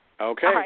Okay